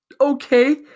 okay